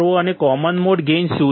અને common mode gain શું છે